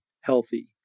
healthy